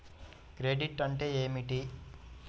Credit అంటే ఏమిటి?